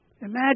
imagine